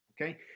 okay